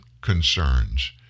concerns